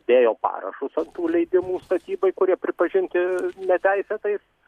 dėjo parašus ant tų leidimų statybai kurie pripažinti neteisėtais